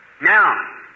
Now